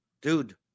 dude